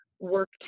work